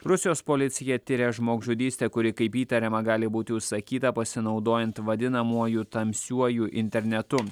rusijos policija tiria žmogžudystę kuri kaip įtariama gali būti užsakyta pasinaudojant vadinamuoju tamsiuoju internetu